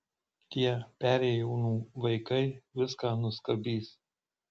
tie perėjūnų vaikai viską nuskabys